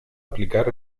aplicar